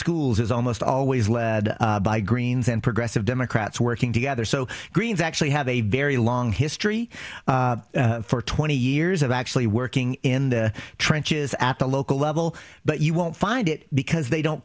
schools is almost always led by greens and progressive democrats working together so greens actually have a very long history for twenty years of actually working in the trenches at the local level but you won't find it because they don't